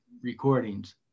recordings